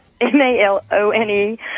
M-A-L-O-N-E